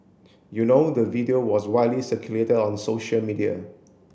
you know the video was widely circulated on social media